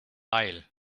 heil